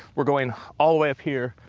we're going all the way up here,